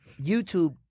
youtube